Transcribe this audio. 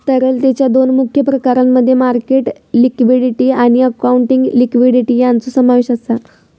तरलतेच्या दोन मुख्य प्रकारांमध्ये मार्केट लिक्विडिटी आणि अकाउंटिंग लिक्विडिटी यांचो समावेश आसा